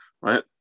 right